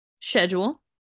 schedule